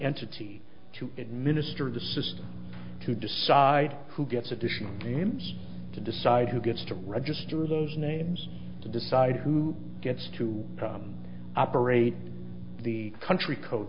entity to administer the system to decide who gets additional games to decide who gets to register those names to decide who gets to operate the country co